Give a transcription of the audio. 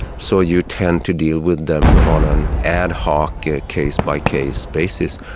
so you tend to deal with them on an ad hoc yeah case-by-case basis,